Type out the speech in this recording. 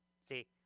See